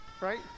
Right